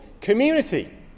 community